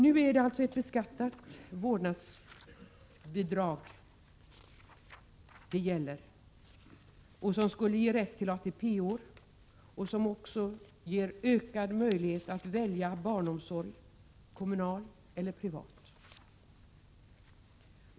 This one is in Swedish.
Nu gäller det alltså ett beskattat vårdnadsbidrag, som skall ge rätt till ATP-år och som ger ökade möjligheter att välja barnomsorg — kommunal eller privat.